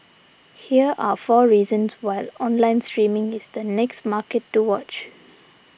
here are four reasons why online streaming is the next market to watch